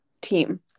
team